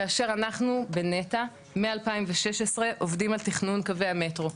כאשר אנחנו בנת"ע מ-2016 עובדים על תכנון קווי המטרו,